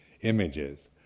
images